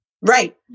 Right